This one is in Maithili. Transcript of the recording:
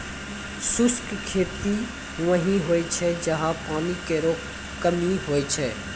शुष्क खेती वहीं होय छै जहां पानी केरो कमी होय छै